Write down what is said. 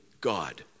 God